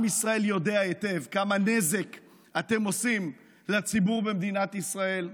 עם ישראל יודע היטב כמה נזק אתם עושים לציבור במדינת ישראל.